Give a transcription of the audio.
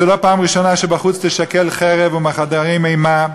זו לא הפעם הראשונה שבחוץ תשכל חרב ומחדרים אימה.